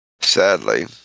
Sadly